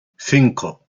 cinco